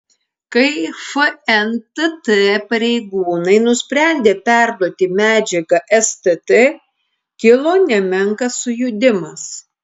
kai fntt pareigūnai nusprendė perduoti medžiagą stt kilo nemenkas sujudimas